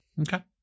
Okay